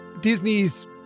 Disney's